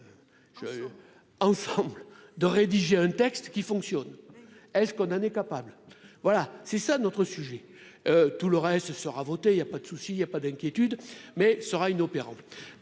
ensemble de rédiger un texte qui fonctionne est-ce qu'on en est capable, voilà, c'est ça notre sujet tout le reste, ce sera votée il y a pas de souci, il y a pas d'inquiétude, mais sera inopérant,